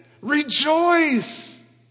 Rejoice